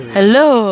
Hello